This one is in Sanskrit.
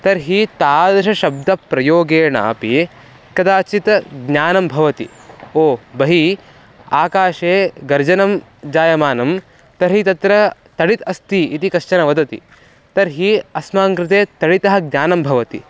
तर्हि तादृशशब्दप्रयोगेणापि कदाचित् ज्ञानं भवति ओ बहि आकाशे गर्जनं जायमानं तर्हि तत्र तडित् अस्ति इति कश्चन वदति तर्हि अस्माकं कृते तडितः ज्ञानं भवति